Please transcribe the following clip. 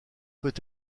peut